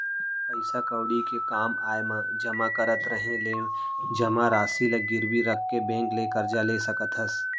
पइसा कउड़ी के काम आय म जमा करत रहें ले जमा रासि ल गिरवी रख के बेंक ले करजा ले सकत हस